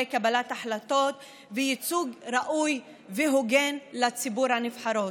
קבלת החלטות ולתת ייצוג ראוי והוגן לציבור הנבחרות.